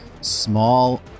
small